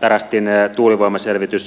tarastin tuulivoimaselvitys julkaistiin